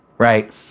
Right